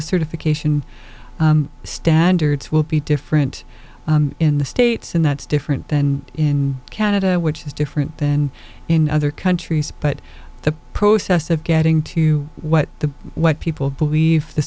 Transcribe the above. certification standards will be different in the states and that's different than in canada which is different than in other countries but the process of getting to what the what people believe this